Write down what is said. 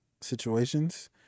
situations